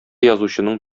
язучының